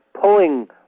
pulling